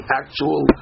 actual